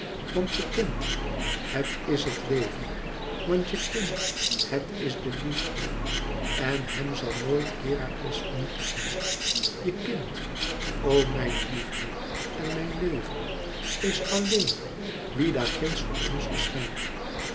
want je kind het is het leven want je kind het is de liefde en hèm zal noit herakles vernietigen je kind o mijn liefde en mijn leven is alleén wie daar ginds voor ons verschijnt